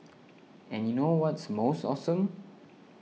and you know what's most awesome